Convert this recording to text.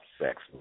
sex